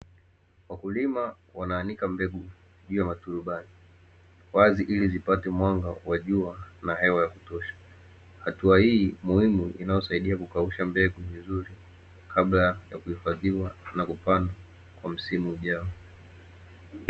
Wakulima wanaanika mbegu juu ya maturubai wazi ili zipate mwanga wa jua na hewa za kutosha, hatua hii muhimu inayosaidia kukausha mbegu vizuri kabla ya kuhifadhiwa na kupandwa kwa msimu ujao.